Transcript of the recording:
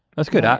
that's good. ah